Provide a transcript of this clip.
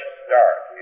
start